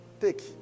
Take